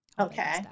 Okay